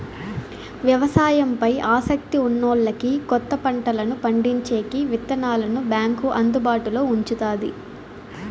వ్యవసాయం పై ఆసక్తి ఉన్నోల్లకి కొత్త పంటలను పండించేకి విత్తనాలను బ్యాంకు అందుబాటులో ఉంచుతాది